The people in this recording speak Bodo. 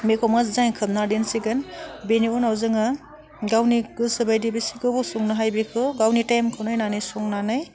बेखौ मोजाङै खोबना दोनसिगोन बेनि उनाव जोङो गावनि गोसो बायदि बेसे गोबाव संनो हायो बेखौ गावनि टाइमखौ नायनानै संनानै